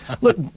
Look